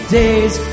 days